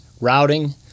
routing